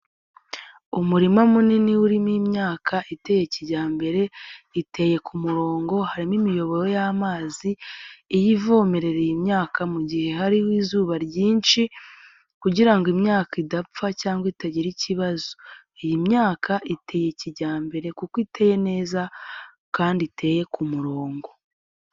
Umurima munini urimo imyaka iteye kijyambere, iteye ku murongo, harimo imiyoboro y'amazi, iyi ivomereye imyaka mu gihe hariho izuba ryinshi kugira ngo imyaka idapfa cyangwa itagira ikibazo, iyi myaka iteye kijyambere kuko iteye neza kandi iteye ku murongo.